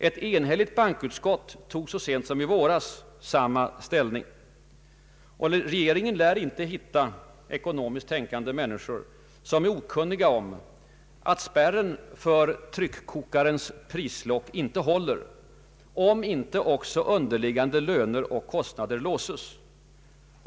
Ett enhälligt bankoutskott tog så sent som i våras Allmänpolitisk debatt samma ställning. Regeringen lär inte hitta ekonomiskt tänkande människor som är okunniga om att spärren för tryckkokarens prislock inte håller, om inte underliggande löner och kostnader låses.